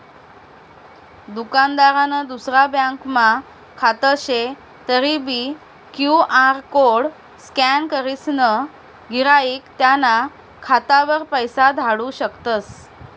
दुकानदारनं दुसरा ब्यांकमा खातं शे तरीबी क्यु.आर कोड स्कॅन करीसन गिराईक त्याना खातावर पैसा धाडू शकतस